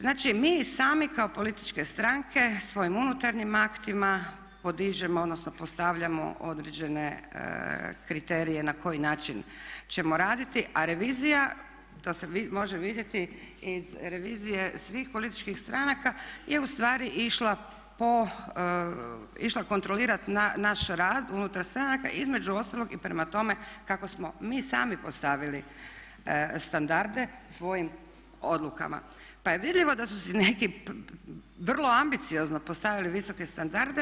Znači mi sami kao političke stranke svojim unutarnjim aktima podižemo, odnosno postavljamo određene kriterije na koji način ćemo raditi, a revizija to se može vidjeti iz revizije svih političkih stranaka je u stvari išla po, išla kontrolirat naš rad unutar stranaka između ostalog i prema tome kako smo mi sami postavili standarde svojim odlukama pa je vidljivo da su si neki vrlo ambiciozno postavili visoke standarde.